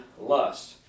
lust